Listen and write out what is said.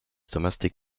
domestic